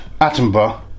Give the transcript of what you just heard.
Attenborough